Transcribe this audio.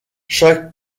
chaque